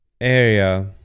area